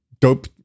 dope